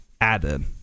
added